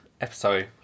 Episode